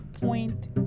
point